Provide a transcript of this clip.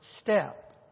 step